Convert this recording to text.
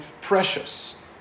precious